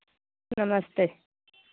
नमस्ते